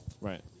right